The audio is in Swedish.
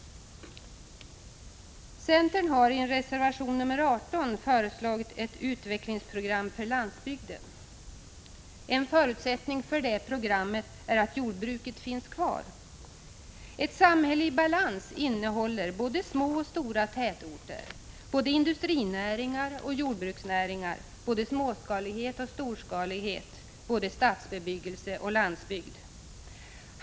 22 maj 1986 Centern har i reservation 18 föreslagit ett utvecklingsprogram för landsbygden. En förutsättning för detta program är att jordbruket finns kvar. Ett samhälle i balans har både små och stora tätorter, både industrinäringar och jordbruksnäringar, både småskalighet och storskalighet och både stadsbebyggelse och landsbygd.